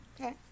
Okay